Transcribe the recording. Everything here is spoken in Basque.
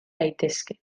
daitezke